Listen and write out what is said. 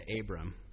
Abram